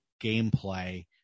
gameplay